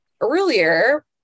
earlier